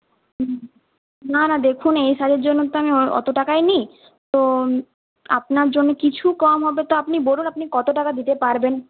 না না দেখুন এই সাজের জন্য তো আমি অত টাকাই নিই তো আপনার জন্য কিছু কম হবে তো আপনি বলুন আপনি কত টাকা দিতে পারবেন